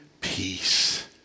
peace